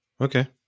Okay